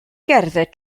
gerdded